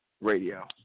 Radio